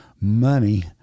money